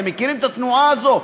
אתם מכירים את התנועה הזו?